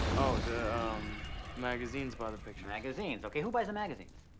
oh, the um magazines buy the pictures. magazines, okay, who buys the magazines?